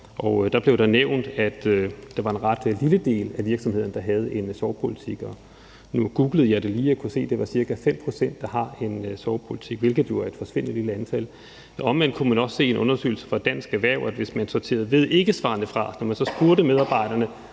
der blev der nævnt, at det var en ret lille del af virksomhederne, der havde en sorgpolitik. Nu googlede jeg det lige og kunne se, at det var ca. 5 pct., der har en sprogpolitik, hvilket jo er et forsvindende lille antal. Omvendt kunne man også se i en undersøgelse fra Dansk Erhverv, at hvis man sorterede ved ikke-svarene fra, når man spurgte medarbejderne,